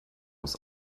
aus